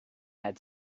had